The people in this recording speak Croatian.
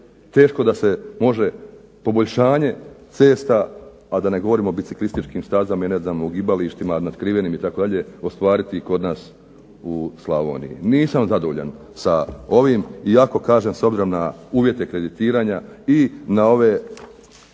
teško da se može poboljšanje cesta, a da ne govorim o biciklističkim stazama, ugibalištima natkrivenim itd, ostvariti kod nas u Slavoniji. Nisam zadovoljan sa ovim, iako kažem s obzirom na uvjete kreditiranja i na ove